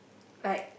like